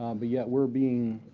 um but yet we're being